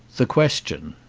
the question